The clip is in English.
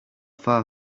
far